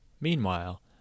Meanwhile